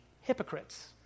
hypocrites